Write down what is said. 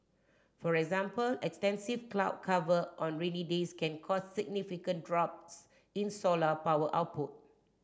for example extensive cloud cover on rainy days can cause significant drops in solar power output